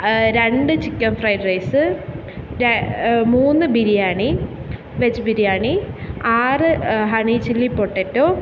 രണ്ട് chicken fried rice ര മൂന്ന് ബിരിയാണി വെജ് ബിരിയാണി ആറ് ഹണി ചില്ലി പൊട്ടറ്റോ